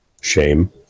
Shame